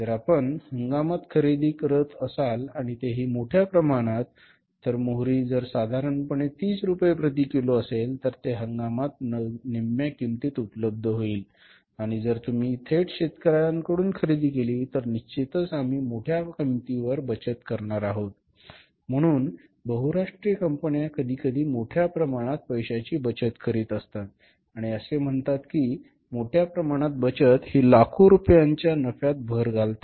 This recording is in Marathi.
जर आपण हंगामात खरेदी करत असाल आणि तेही मोठ्या प्रमाणात मोहरी जर साधारणपणे 30 रुपये प्रति किलो असेल तर हंगामात ते निम्म्या किंमतीत उपलब्ध होईल आणि जर तुम्ही थेट शेतकर्यांकडून खरेदी केली तर निश्चितच आम्ही मोठ्या किंमतीवर बचत करणार आहोत म्हणून बहुराष्ट्रीय कंपन्या कधीकधी मोठ्या प्रमाणात पैशाची बचत करीत असतात आणि असे म्हणतात की मोठ्या प्रमाणात बचत ही लाखो रुपयांच्या नफ्यात भर घालते